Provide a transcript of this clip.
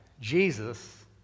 Jesus